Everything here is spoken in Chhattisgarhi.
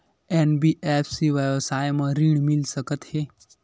एन.बी.एफ.सी व्यवसाय मा ऋण मिल सकत हे